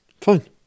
Fine